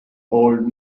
old